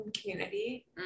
community